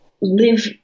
live